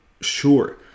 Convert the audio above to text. sure